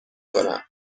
کنم